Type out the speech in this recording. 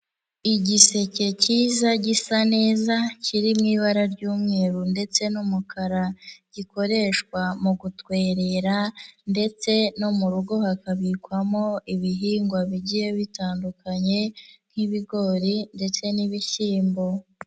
Igiseke kiza gisa neza kiri mu ibara ry'umweru ndetse n'umukara, gikoreshwa mu gutwerera, ndetse no mu rugo hakabikwamo ibihingwa bigiye bitandukanye, nk'ibigori ndetse n'ibishyimbo.